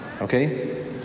okay